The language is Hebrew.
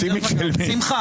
הישיבה